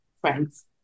friends